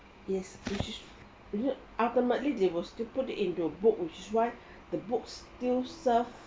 yes which is ultimately they will still put it into a book which is why the books still serve